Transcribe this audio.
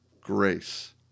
grace